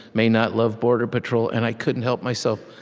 may not love border patrol. and i couldn't help myself.